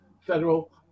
federal